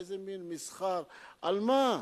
איזה מין משחק, על מה?